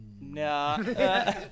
No